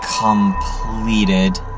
completed